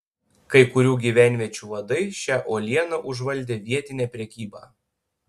kai kurių gyvenviečių vadai šia uoliena užvaldė vietinę prekybą